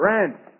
Ranch